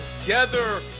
together